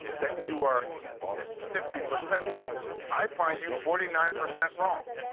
that you are fifty percent wrong. i find you forty nine percent wrong.